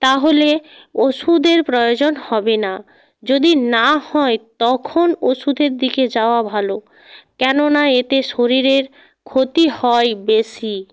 তাহলে ওষুধের প্রয়োজন হবে না যদি না হয় তখন ওষুধের দিকে যাওয়া ভালো কেননা এতে শরীরের ক্ষতি হয় বেশি